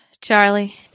Charlie